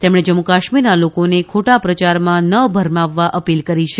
તેમણે જમ્મુ કાશ્મીરના લોકોને ખોટા પ્રચારમાં ન ભરમાવવા અપીલ કરી છે